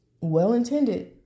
Well-intended